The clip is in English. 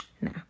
No